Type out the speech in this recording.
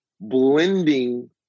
blending